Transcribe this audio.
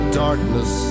darkness